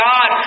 God